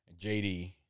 JD